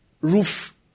roof